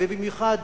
במיוחד